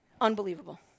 Unbelievable